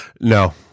No